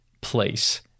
place